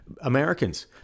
Americans